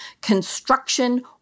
construction